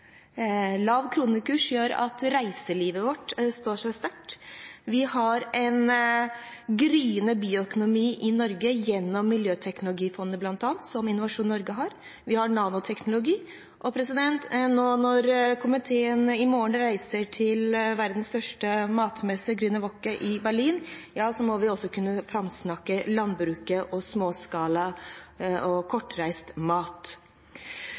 Lav kronekurs gjør at reiselivet vårt står sterkt. Vi har en gryende bioøkonomi i Norge, bl.a. gjennom miljøteknologifondet, som Innovasjon Norge har, og vi har nanoteknologi. Når komiteen i morgen reiser til verdens største matmesse, Grüne Woche i Berlin, må vi også kunne framsnakke landbruket og småskala og kortreist mat.